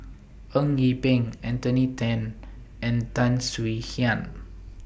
Eng Yee Peng Anthony Then and Tan Swie Hian